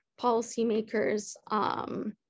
policymakers